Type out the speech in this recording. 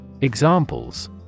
Examples